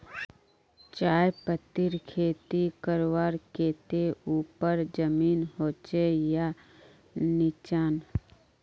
चाय पत्तीर खेती करवार केते ऊपर जमीन होचे या निचान?